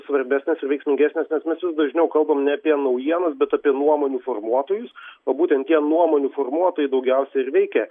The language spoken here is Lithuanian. svarbesnės ir veiksmingesnės nes mes vis dažniau kalbam ne apie naujienas bet apie nuomonių formuotojus va būtent jie nuomonių formuotojai daugiausia ir veikia